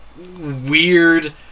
weird